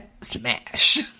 smash